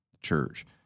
church